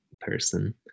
person